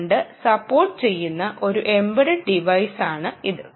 2 support ചെയ്യുന്ന ഒരു embedded ടി വൈസാണിത്